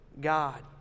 God